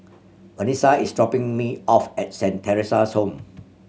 Vanesa is dropping me off at Saint Theresa's Home